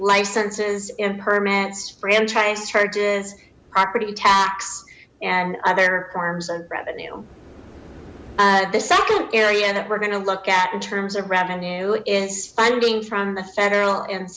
licenses and permits franchise charges property tax and other forms of revenue the second area that we're gonna look at in terms of revenue is funding from the federal and